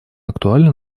актуально